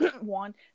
one